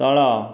ତଳ